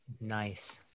Nice